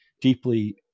deeply